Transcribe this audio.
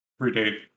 predate